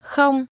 Không